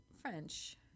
French